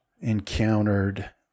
encountered